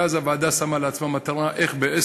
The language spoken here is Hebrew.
ואז הוועדה שמה לעצמה מטרה,